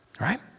right